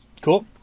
cool